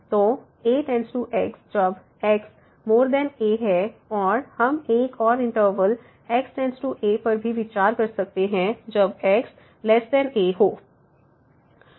तो a→x जब xa है और हम एक और इंटरवल x→a पर भी विचार कर सकते हैं जब xa